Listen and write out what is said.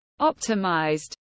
optimized